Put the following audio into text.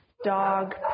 dog